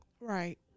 Right